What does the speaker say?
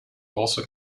also